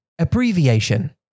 Abbreviation